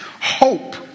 Hope